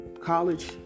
college